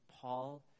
Paul